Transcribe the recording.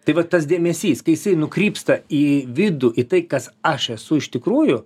tai vat tas dėmesys kai jisai nukrypsta į vidų į tai kas aš esu iš tikrųjų